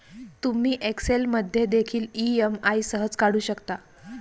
तुम्ही एक्सेल मध्ये देखील ई.एम.आई सहज काढू शकता